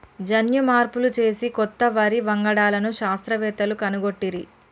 జన్యు మార్పులు చేసి కొత్త వరి వంగడాలను శాస్త్రవేత్తలు కనుగొట్టిరి